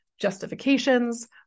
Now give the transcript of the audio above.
justifications